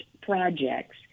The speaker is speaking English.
projects